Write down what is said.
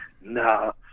no